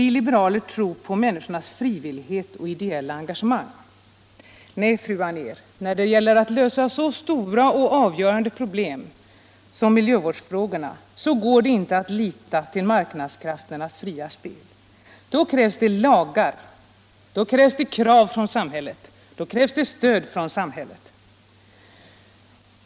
Vi liberaler tror på människans frivillighet och ideella engagemang, sade fru Anér. Nej, fru Anér, när det gäller att lösa så stora och avgörande problem som miljövårdsfrågorna går det inte att lita till marknadskrafternas fria spel. Då krävs det lagar. Då måste samhället ställa krav. Då krävs det stöd från samhället.